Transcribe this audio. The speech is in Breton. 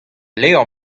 levr